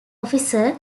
officer